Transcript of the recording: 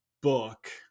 book